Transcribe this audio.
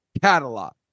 catalog